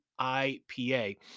IPA